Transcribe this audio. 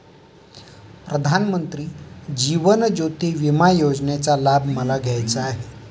प्रधानमंत्री जीवन ज्योती विमा योजनेचा लाभ मला घ्यायचा आहे